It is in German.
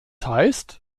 heißt